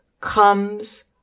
comes